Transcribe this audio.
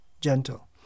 gentle